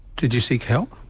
did you seek help?